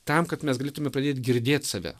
tam kad mes galėtume pradėt girdėt save